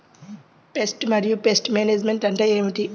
Pest మరియు pest management అంటే ఏమిటి?